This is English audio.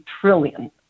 trillion